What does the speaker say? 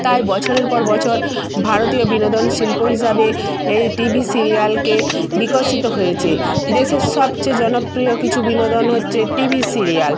তাই বছরের পর বছর ভারতীয় বিনোদন শিল্প হিসাবে এই টিভি সিরিয়ালকে বিকশিত হয়েচে দেশের সবচেয়ে জনপ্রিয় কিছু বিনোদন হচ্ছে টিভি সিরিয়াল